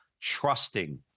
trusting